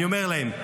אני אומר להם: